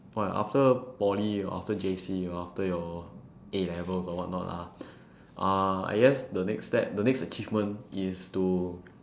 what after poly or after J_C or after your A levels or what not ah uh I guess the next step the next achievement is to